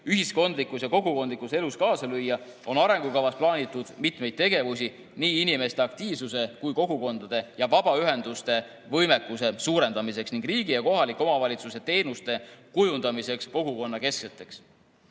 ühiskondlikus ja kogukondlikus elus kaasa lüüa, on arengukavas plaanitud mitmeid tegevusi nii inimeste aktiivsuse kui ka kogukondade ja vabaühenduste võimekuse suurendamiseks ning riigi ja kohaliku omavalitsuse teenuste kujundamiseks kogukonnakeskseteks.